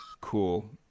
cool